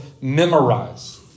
memorize